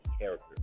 character